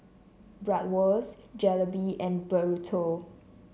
Bratwurst Jalebi and Burrito